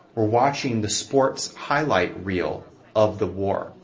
we're watching the sports highlight reel of the war.